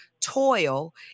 toil